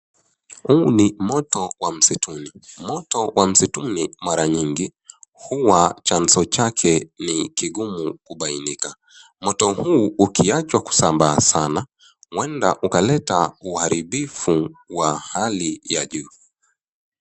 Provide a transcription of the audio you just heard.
Huu ni moto wa msituni. Moto wa msituni mara nyingi huwa chanzo chake ni kigumu kubainika. Moto huu ukiachwa kusambaa sana ueda ukaleta uharibifu wa hali ya juu.